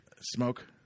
Smoke